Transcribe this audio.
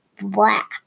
black